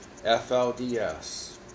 FLDS